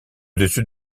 dessus